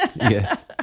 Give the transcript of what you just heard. Yes